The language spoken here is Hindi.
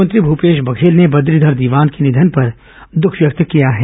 मुख्यमंत्री भूपेश बघेल ने बद्रीघर दीवान के निधन पर दुख व्यक्त किया है